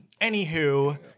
Anywho